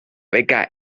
beca